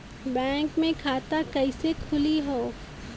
Bank मे खाता कईसे खुली हो?